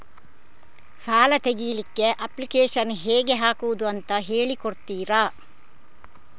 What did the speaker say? ಸಾಲ ತೆಗಿಲಿಕ್ಕೆ ಅಪ್ಲಿಕೇಶನ್ ಹೇಗೆ ಹಾಕುದು ಅಂತ ಹೇಳಿಕೊಡ್ತೀರಾ?